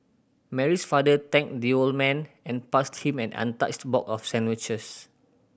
Mary's father thanked the old man and passed him an untouched box of sandwiches